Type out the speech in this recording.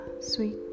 sweet